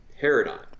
paradigm